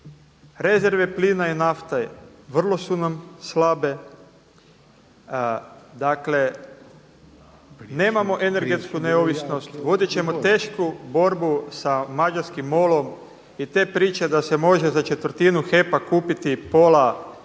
Rezerve plina i nafte vrlo su nam slabe. Dakle, nemamo energetsku neovisnost. Vodit ćemo tešku borbu sa mađarskim MOL-om i te priče da se može za četvrtinu HEP-a kupiti pola